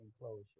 enclosure